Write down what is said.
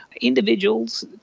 individuals